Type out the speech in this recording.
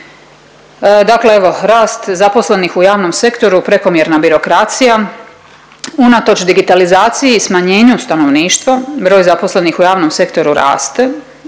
Dakle, evo rast zaposlenih u javnom sektoru, prekomjerna birokracija. Unatoč digitalizaciji, smanjenju stanovništva broj zaposlenih u javnom sektoru raste.